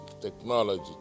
technology